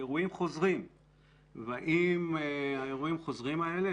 אירועים חוזרים והאם האירועים החוזרים האלה,